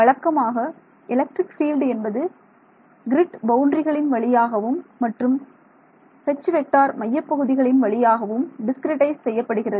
வழக்கமாக electric field என்பது grid பவுண்டரிகளின் வழியாகவும் மற்றும் H மையப் பகுதிகளின் வழியாகவும் டிஸ்கிரிட்டைஸ் செய்யப்படுகிறது